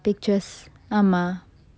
pictures ஆமா:aama